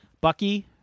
Bucky